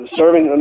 serving